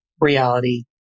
reality